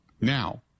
Now